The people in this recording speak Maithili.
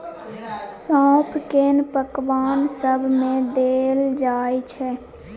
सौंफ केँ पकबान सब मे देल जाइ छै